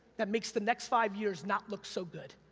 that makes the next five years not look so good,